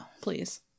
Please